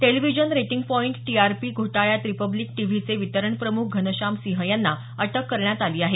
television rating point TRP घोटाळ्यात Republic टीव्हीचे वितरण प्रमुख घनश्याम सिंह यांना अटक करण्यात आली आहे